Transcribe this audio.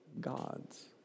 God's